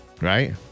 Right